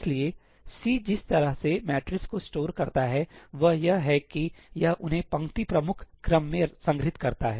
इसलिए सी जिस तरह से मैट्रीस को स्टोर करता है वह यह है कि यह उन्हें पंक्ति प्रमुख क्रम में संग्रहीत करता है